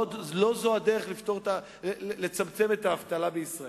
לא זו הדרך לצמצם את האבטלה בישראל.